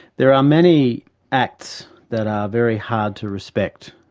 there are many acts that are very hard to respect.